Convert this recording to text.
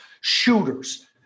shooters